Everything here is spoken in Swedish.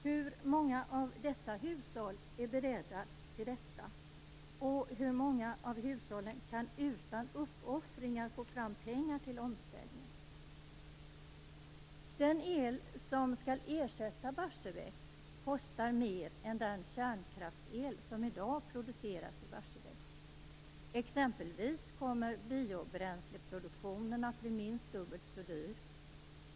Hur många av dessa hushåll är beredda till detta? Och hur många av hushållen kan utan uppoffringar få fram pengar till omställning? Den el som skall ersätta Barsebäck kostar mer än den kärnkraftsel som i dag produceras i Barsebäck. Exempelvis kommer biobränsleproduktionen att bli minst dubbelt så dyr.